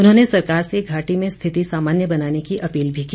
उन्होंने सरकार से घाटी में रिथिति सामान्य बनाने की अपील भी की